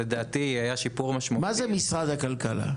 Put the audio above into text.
מה זה משרד הכלכלה?